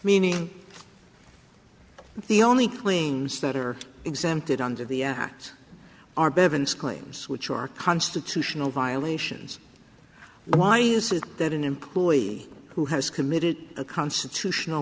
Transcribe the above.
meaning the only claims that are exempted under the act are bevins claims which are constitutional violations why is it that an employee who has committed a constitutional